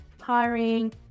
hiring